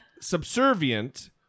subservient